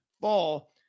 fall